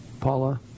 Paula